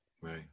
Right